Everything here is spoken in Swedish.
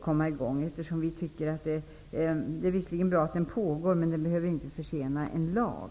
komma i gång. Det är visserligen bra att den pågår, men den behöver inte försena en lag.